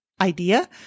idea